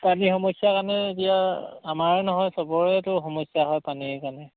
পানীৰ সমস্যা কাৰণে এতিয়া আমাৰে নহয় চবৰেতো সমস্যা হয় পানীৰ কাৰণে